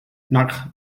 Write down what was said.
nach